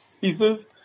pieces